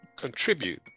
contribute